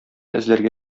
эзләргә